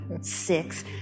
six